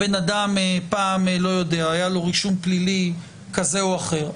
הבן אדם פעם היה לו רישום פלילי כזה או אחר,